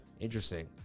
interesting